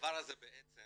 והדבר הזה בעצם